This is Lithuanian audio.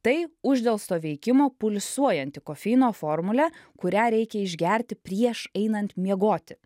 tai uždelsto veikimo pulsuojanti kofeino formulė kurią reikia išgerti prieš einant miegoti